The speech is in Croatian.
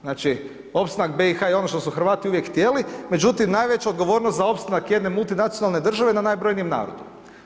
Znači opstanak BIH i ono što su Hrvati oduvijek htjeli, međutim, najveća odgovornost za opstanak jedne multinacionalne države na najbrojnijem narodu.